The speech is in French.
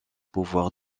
pouvoirs